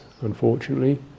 unfortunately